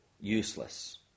useless